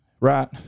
Right